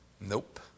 Nope